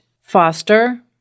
foster